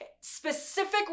specific